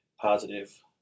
positive